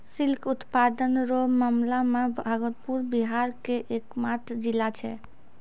silk उत्पादन रो मामला मे भागलपुर बिहार के एकमात्र जिला छै